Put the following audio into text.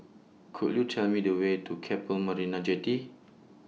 Could YOU Tell Me The Way to Keppel Marina Jetty